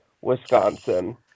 Wisconsin